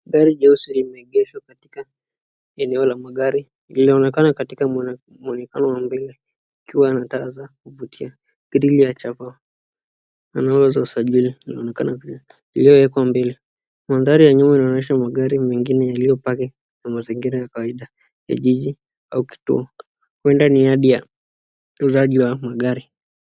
Gari jeusi lemeegeshwa katika eneo la magari . Lilionekana katika mwonekano Wa mbele ikiwa na taa za kuvutia . nambari mbili za japani na Nambari ya usajili inaonekana kwa number plate iliyo mbele . Upande wa nyuma inaonesha magari mengine iliyopaki kwenye mazingira ya kawaida ya jiji au kituo . Huenda ni Hali ya utunzaji Wa magari.